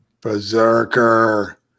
Berserker